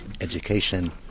education